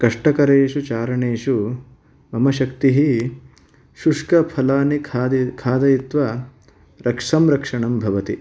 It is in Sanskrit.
कष्टकरेषु चारणेषु मम शक्तिः शुष्कफलानि खाद खादयित्वा रक्षं रक्षणं भवति